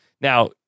Now